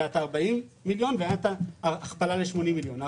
היו 40 מיליון והייתה הכפלה ל-80 מיליון.